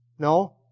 No